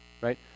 right